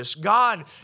God